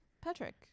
Patrick